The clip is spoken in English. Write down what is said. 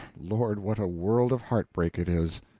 lord, what a world of heart-break it is.